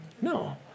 No